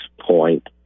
point